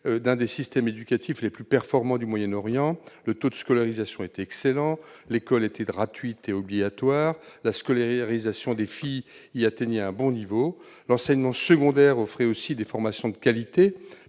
d'un des systèmes éducatifs les plus performants du Moyen-Orient. Le taux de scolarisation y était excellent, l'école y était gratuite et obligatoire et la scolarisation des filles y atteignait un bon niveau. L'enseignement secondaire y offrait aussi des formations de qualité,